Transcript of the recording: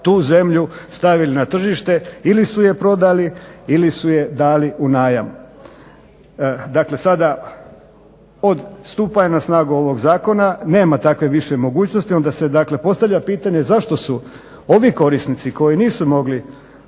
tu zemlju stavili na tržište ili su je prodali ili su je dali u najam. Dakle sada od stupanja na snagu ovog zakona nema takve više mogućnosti i onda se postavlja pitanje zašto su ovi korisnici koji nisu mogli